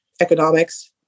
economics